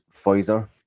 Pfizer